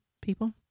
people